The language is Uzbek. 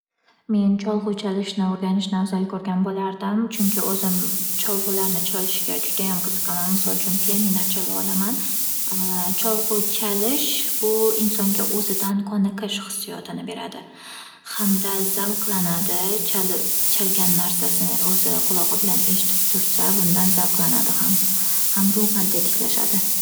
Men cholg'u chalishni o'rganishni afzal ko'rgan bo'lardim. Chunki o'zim cholg'ularni chalishga judayam qiziqaman. Misol uchun, pianino chalolaman. Cholg'u chalish bu insonga o'zidan qoniqish hissiyotini beradi hamda zavqlanadi. Chalgan narsasini o'zi qulog'i bilan eshitib tursa, bundan zavqlanadi ham ruhan tetiklashadi.